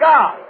God